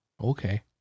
okay